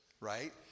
right